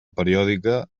periòdica